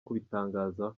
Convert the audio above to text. kubitangaza